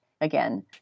again